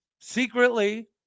secretly